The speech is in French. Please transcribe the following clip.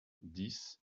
dix